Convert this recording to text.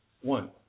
one